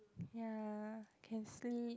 ya can sleep